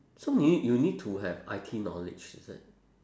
so you need you need to have I_T knowledge is it